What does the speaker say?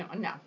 No